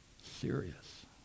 Serious